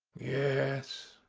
yes,